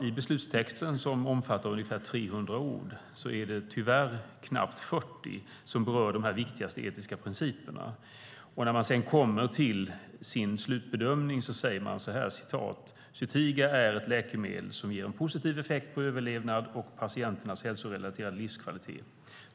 I beslutstexten, som omfattar ungefär 300 ord, är det tyvärr knappt 40 som berör de viktigaste etiska principerna. När man sedan kommer till sin slutbedömning säger man så här: "Zytiga är ett läkemedel som ger en positiv effekt på överlevnad och patienternas hälsorelaterade livskvalitet.